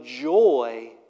joy